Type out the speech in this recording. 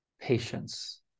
Patience